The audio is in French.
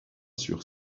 sur